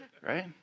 Right